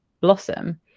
blossom